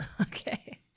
Okay